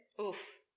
Oof